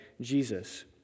Jesus